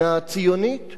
ולכן יש צורך,